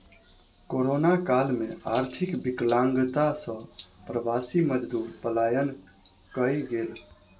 corona काल में आर्थिक विकलांगता सॅ प्रवासी मजदूर पलायन कय गेल